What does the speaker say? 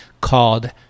called